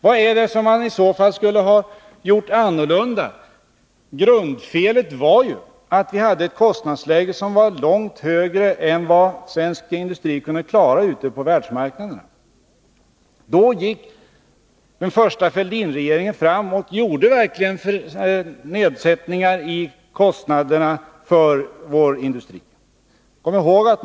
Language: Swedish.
Vad skulle man i så fall ha gjort på ett annat sätt? Grundfelet var ju att vi hade ett kostnadsläge som var långt högre än vad svensk industri kunde klara ute på världsmarknaden. I det läget åstadkom den första Fälldinregeringen verkligen nedsättningar i kostnaderna för vår industri. Kom ihåg det!